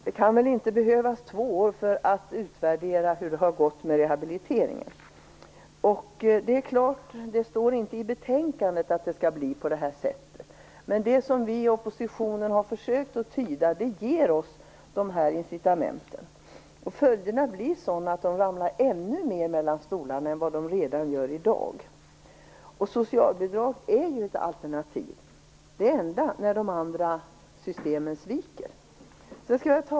Herr talman! Det kan väl inte behövas två år för att utvärdera hur det har gått med rehabiliteringen. Det står naturligtvis inte i betänkandet att det skall bli på detta sätt, men den tolkning som vi i oppositionen har försökt göra leder fram till denna uppfattning. Följderna blir sådana att dessa personer ramlar mellan stolarna ännu oftare än vad de gör redan i dag. Socialbidrag är ett alternativ, det enda som finns när de andra systemen sviker.